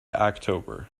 october